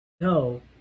No